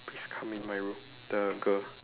please come in my room the girl